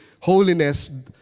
holiness